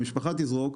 המשפחה תזרוק.